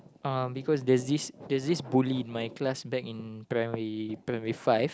um because there's this there's this bully in my class back in primary primary five